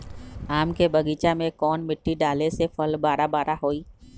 आम के बगीचा में कौन मिट्टी डाले से फल बारा बारा होई?